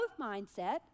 mindset